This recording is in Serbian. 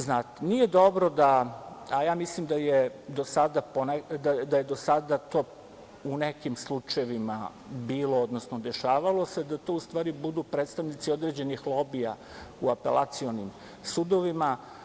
Znate, nije dobro da, a mislim da je do sada to u nekim slučajevima bilo, odnosno dešavalo se, da to u stvari budu predstavnici određenih lobija u apelacionim sudovima.